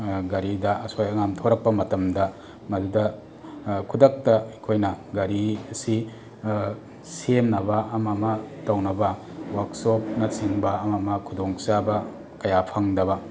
ꯒꯥꯔꯤꯗ ꯑꯁꯣꯏ ꯑꯉꯥꯝ ꯊꯣꯔꯛꯄ ꯃꯇꯝꯗ ꯃꯗꯨꯗ ꯈꯨꯗꯛꯇ ꯑꯩꯈꯣꯏꯅ ꯒꯥꯔꯤ ꯑꯁꯤ ꯁꯦꯝꯅꯕ ꯑꯃ ꯑꯃ ꯇꯧꯅꯕ ꯋꯥꯔꯛꯁꯣꯞꯅꯆꯤꯡꯕ ꯑꯃ ꯑꯃ ꯈꯨꯗꯣꯡ ꯆꯥꯕ ꯀꯌꯥ ꯐꯪꯗꯕ